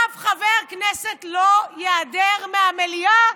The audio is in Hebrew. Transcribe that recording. אף חבר כנסת לא ייעדר מהמליאה